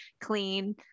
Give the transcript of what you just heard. Clean